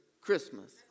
Christmas